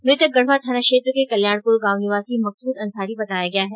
मुतक गढवा थाना क्षेत्र के कल्याणपुर गांव निवासी मकसूद अंसारी बताया गया है